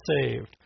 saved